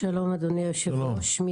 שלום, אדוני היושב ראש.